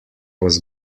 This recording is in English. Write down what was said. was